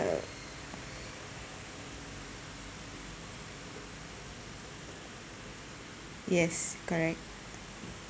yes correct